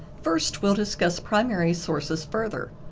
first, we'll discuss primary sources further.